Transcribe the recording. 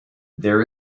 there